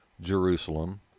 jerusalem